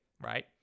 right